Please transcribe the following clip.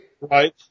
Right